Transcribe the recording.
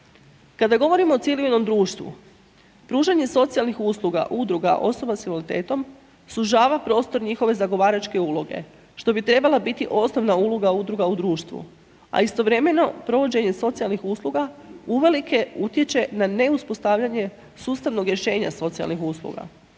Kada govorimo o civilnom društvu, pružanje socijalnih usluga udruga osoba s invaliditetom, sužava prostor njihove zagovaračke uloge, što bi trebala biti osnovna uloga udruga u društvu, a istovremeno provođenje socijalnih usluga uvelike utječe na neuspostavljanje sustavnog rješenja socijalnih usluga.